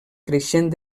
creixent